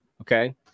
Okay